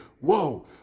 whoa